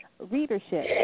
readership